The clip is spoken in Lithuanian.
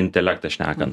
intelektą šnekant